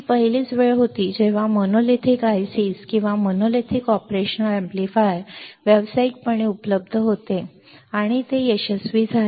ही पहिलीच वेळ होती जेव्हा मोनोलिथिक ICs किंवा मोनोलिथिक ऑपरेशन एम्पलीफायर व्यावसायिकपणे उपलब्ध होते आणि ते यशस्वी झाले